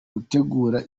gutegura